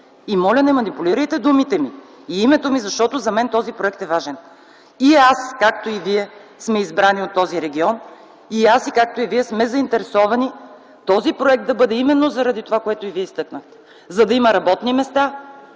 Моля, не манипулирайте думите ми и името ми, защото за мен този проект е важен. И аз, както и Вие, сме избрани от този регион; и аз, както и Вие, сме заинтересовани този проект да бъде именно заради това, което и Вие изтъкнахте – за да има работни места,